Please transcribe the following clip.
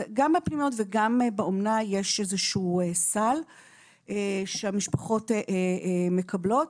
באומנה יש איזשהו סל שהמשפחות מקבלות.